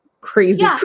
crazy